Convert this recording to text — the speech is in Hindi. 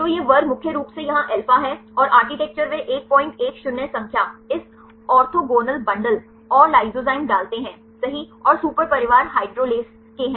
तो यह वर्ग मुख्य रूप से यहाँ अल्फा है और आर्किटेक्चर वे 110 संख्या इस ऑर्थोगोनल बंडल और लाइसोजाइम डालते हैं सही और सुपर परिवार हाइड्रॉलेज़ के हैं